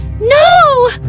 no